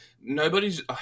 nobody's